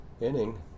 inning